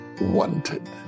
wanted